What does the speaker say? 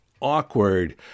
awkward